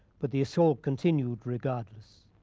but the assault continued regardless.